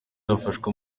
yafashwe